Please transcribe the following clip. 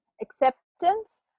acceptance